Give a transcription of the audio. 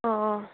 অঁ অঁ